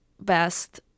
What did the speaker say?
best